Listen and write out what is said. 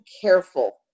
careful